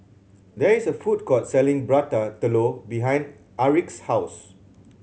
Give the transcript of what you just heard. there is a food court selling Prata Telur behind Aric's house